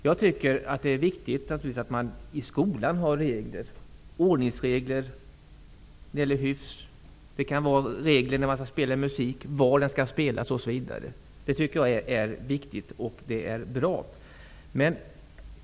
Jag tycker att det är viktigt och bra att det finns regler i skolan, t.ex. ordningsregler, regler om hyfs, när och var musik skall spelas osv.